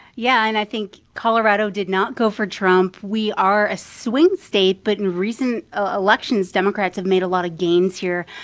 yeah, and i think colorado did not go for trump. we are a swing state, but in recent ah elections, democrats have made a lot of gains here.